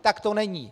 Tak to není.